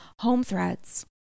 HomeThreads